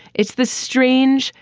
it's the strange,